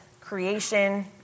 creation